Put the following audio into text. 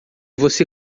você